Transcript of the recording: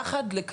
יחד,